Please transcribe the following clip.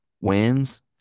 wins